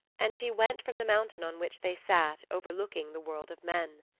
and she went from the mountain on which they sat overlooking the world of men.